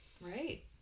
Right